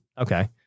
Okay